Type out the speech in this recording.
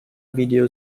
video